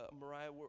Mariah